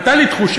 הייתה לי תחושה,